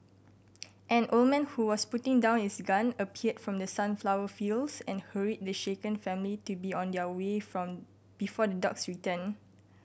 an old man who was putting down his gun appeared from the sunflower fields and hurried the shaken family to be on their way from before the dogs return